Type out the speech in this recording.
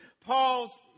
Paul's